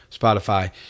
Spotify